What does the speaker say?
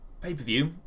pay-per-view